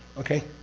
okay?